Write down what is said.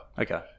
Okay